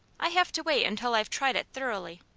i have to wait until i've tried it thoroughly.